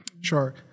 Sure